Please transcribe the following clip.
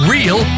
Real